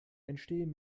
entstehen